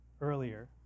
earlier